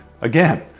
again